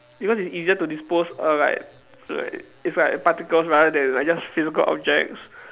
because it's easier to dispose err like like it's like particles rather than like just physical objects